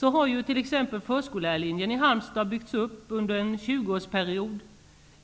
Förskollärarlinjen i Halmstad har t.ex. byggts upp under en 20-årsperiod